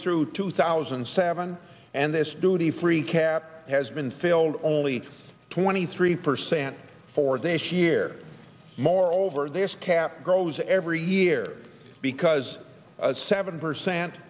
through two thousand and seven and this duty free cap has been filled only twenty three percent for this year moreover this cap grows every year because seven percent